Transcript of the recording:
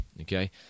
okay